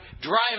drive